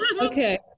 Okay